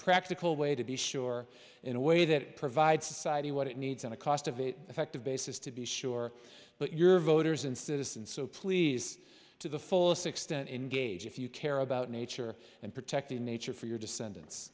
practical way to be sure in a way that provides society what it needs and the cost of it effective basis to be sure but your voters and citizens so please to the fullest extent engage if you care about nature and protecting nature for your descendants